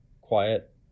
quiet